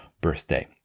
birthday